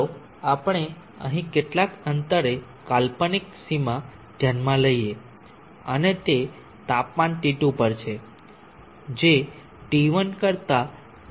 ચાલો આપણે અહીં કેટલાક અંતરે કાલ્પનિક સીમા ધ્યાનમાં લઈએ અને તે તાપમાન T2 પર છે જે T1 કરતા ઓછું છે